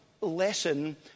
lesson